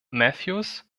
matthews